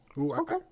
Okay